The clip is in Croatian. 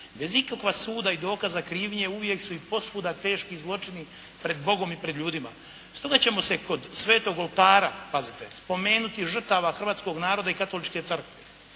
bez ikakvog suda i dokaza krivnje uvijek su i posvuda teški zločini pred Bogom i pred ljudima. Stoga ćemo se kod svetog oltara, pazite, spomenuti žrtava hrvatskog naroda i Katoličke crkve.